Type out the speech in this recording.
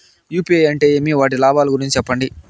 UPI అంటే ఏమి? వాటి లాభాల గురించి సెప్పండి?